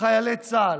חיילי צה"ל.